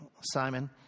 Simon